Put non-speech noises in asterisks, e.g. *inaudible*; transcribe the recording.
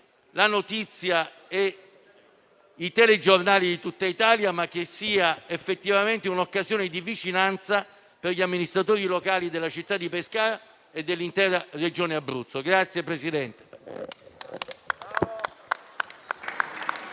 una notizia nei telegiornali di tutta Italia, ma che può essere un'occasione di vicinanza per gli amministratori locali della città di Pescara e dell'intera Regione Abruzzo. *applause*